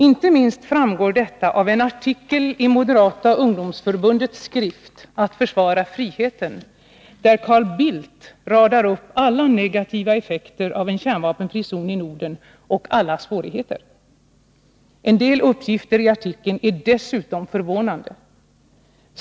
Inte minst framgår detta av en artikel i Moderata ungdomsförbundets skrift Att försvara friheten, där Carl Bildt radar upp alla negativa effekter av en kärnvapenfri zon i Norden och alla svårigheter. En del uppgifter i artikeln är dessutom förvånande.